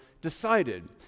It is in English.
decided